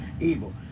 Evil